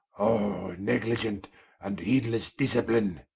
o negligent and heedlesse discipline,